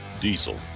diesel